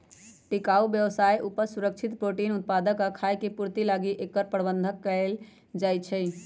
टिकाऊ बायोमास उपज, सुरक्षित प्रोटीन उत्पादक आ खाय के पूर्ति लागी एकर प्रबन्धन कएल जाइछइ